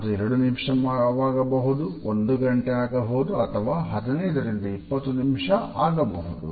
ಅದು ಎರಡು ನಿಮಿಷವಾಗಬಹುದು ಒಂದು ಗಂಟೆ ಆಗಬಹುದು ಅಥವಾ 15ರಿಂದ 20 ನಿಮಿಷವು ಆಗಬಹುದು